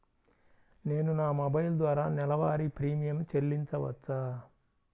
నేను నా మొబైల్ ద్వారా నెలవారీ ప్రీమియం చెల్లించవచ్చా?